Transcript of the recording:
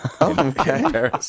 Okay